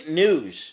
news